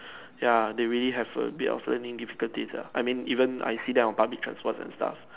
ya they really have a bit of learning difficulties ah I mean even I see them on public transports and stuff